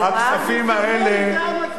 הפנסיונרים זה המצביעים?